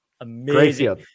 Amazing